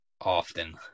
often